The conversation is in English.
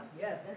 Yes